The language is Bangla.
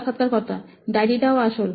সাক্ষাৎকারকর্তা ডায়রিটাও আসল